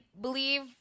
believe